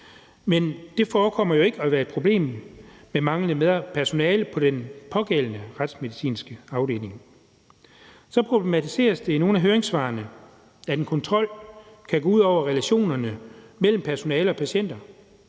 Men det forekommer jo ikke at være et problem med manglende personale på den pågældende retsmedicinske afdeling. Så problematiseres det i nogle af høringssvarene, at en kontrol kan gå ud over relationerne mellem personale og patienter.